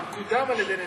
הוא קודם על ידי נתניהו.